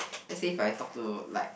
let's say if I talk to like